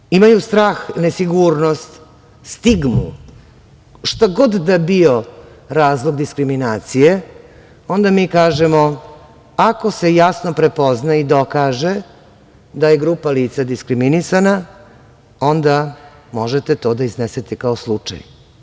Pošto imaju strah, nesigurnost, stigmu, šta god da bio razlog diskriminacije, onda mi kažemo – ako se jasno prepozna i dokaže da je grupa lica diskriminisana, onda možete to da iznesete kao slučaj.